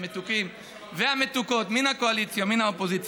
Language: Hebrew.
המתוקים והמתוקות מן הקואליציה ומן האופוזיציה.